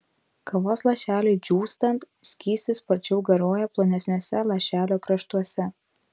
kavos lašeliui džiūstant skystis sparčiau garuoja plonesniuose lašelio kraštuose